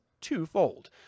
twofold